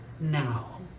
now